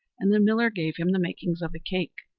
and the miller gave him the makings of a cake,